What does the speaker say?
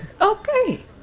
Okay